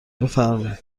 بفرمایید